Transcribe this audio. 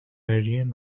ariane